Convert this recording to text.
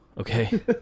okay